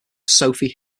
sophie